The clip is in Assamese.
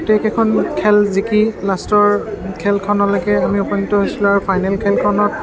গোটেইকেইখন খেল জিকি লাষ্টৰ খেলখনলৈকে আমি উপনীত হৈছিলোঁ আৰু ফাইনেল খেলখনত